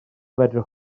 fedrwch